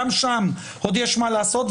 גם שם עוד יש מה לעשות,